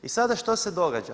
I sada što se događa?